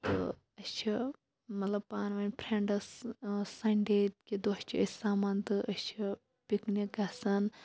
تہٕ أسۍ چھِ مَطلَب پانہٕ ؤنۍ پھرنڈٕس سَنڈے کہِ دۄہ چھِ أسۍ سَمان تہٕ أسۍ چھِ پِکنِک گَژھان